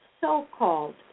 so-called